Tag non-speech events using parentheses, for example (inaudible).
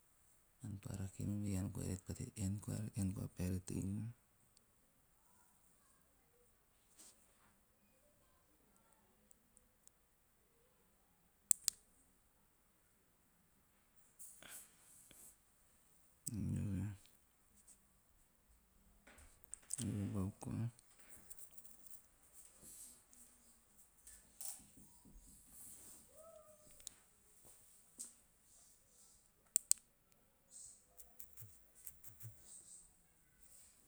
Pa rake nom ean koa (unintelligible) peha re tei nom,. Eve bau koa. (noise)